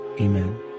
Amen